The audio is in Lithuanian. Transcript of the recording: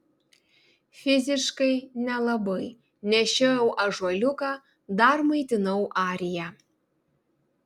fiziškai nelabai nešiojau ąžuoliuką dar maitinau ariją